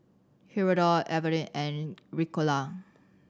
Hirudoid Avene and Ricola